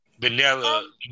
Vanilla